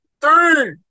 three